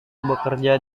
bekerja